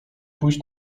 pójść